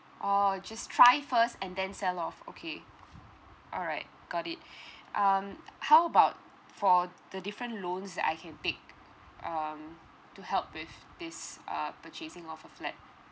oh just try it first and then sell off okay alright got it um how about for the different loans that I can take um to help with this uh purchasing of a flat